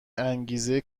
انگیزه